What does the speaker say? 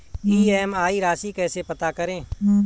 EMI राशि कैसे पता करें?